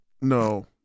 No